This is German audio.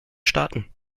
staaten